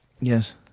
Yes